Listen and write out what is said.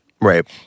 right